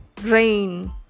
rain